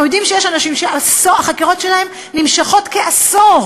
אנחנו יודעים שיש אנשים שהחקירות שלהם נמשכות כעשור,